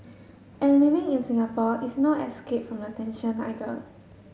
and living in Singapore is no escape from the tension either